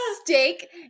steak